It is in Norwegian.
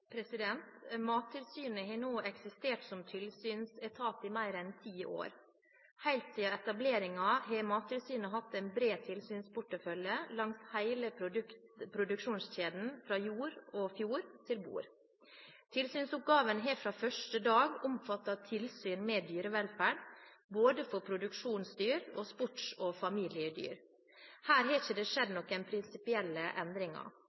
Mattilsynet har nå eksistert som tilsynsetat i mer enn ti år. Helt siden etableringen har Mattilsynet hatt en bred tilsynsportefølje langs hele produksjonskjeden, fra jord og fjord til bord. Tilsynsoppgavene har fra første dag omfattet tilsyn med dyrevelferd, både for produksjonsdyr og